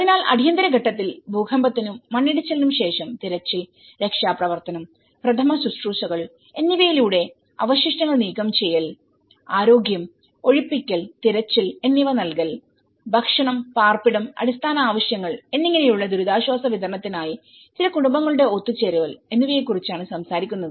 അതിനാൽ അടിയന്തര ഘട്ടത്തിൽ ഭൂകമ്പത്തിനും മണ്ണിടിച്ചിലിനും ശേഷം തിരച്ചിൽ രക്ഷാപ്രവർത്തനം പ്രഥമശുശ്രൂഷകൾ എന്നിവയിലൂടെ അവശിഷ്ടങ്ങൾ നീക്കം ചെയ്യൽ ആരോഗ്യം ഒഴിപ്പിക്കൽ തിരച്ചിൽ എന്നിവ നൽകൽ ഭക്ഷണം പാർപ്പിടം അടിസ്ഥാന ആവശ്യങ്ങൾ എന്നിങ്ങനെയുള്ള ദുരിതാശ്വാസ വിതരണത്തിനായി ചില കുടുംബങ്ങളുടെ ഒത്തുചേരൽ എന്നിവയെ കുറിച്ചാണ് സംസാരിക്കുന്നത്